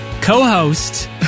co-host